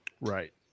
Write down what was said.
Right